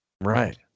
Right